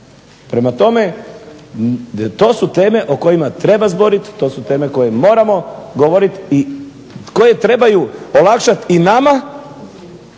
Prema tome, to su teme o kojima treba zboriti. To su teme koje moramo govoriti i koje trebaju olakšati i nama